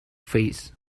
face